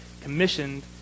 commissioned